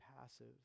passive